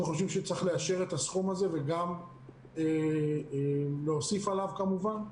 אנחנו חושבים שצריך לאשר את הסכום הזה וגם להוסיף עליו כמובן,